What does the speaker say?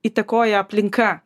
įtakoja aplinka